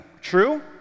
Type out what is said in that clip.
True